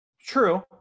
True